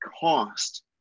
cost